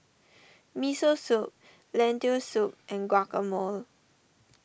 Miso Soup Lentil Soup and Guacamole